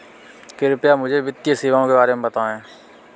कृपया मुझे वित्तीय सेवाओं के बारे में बताएँ?